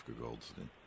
Goldstein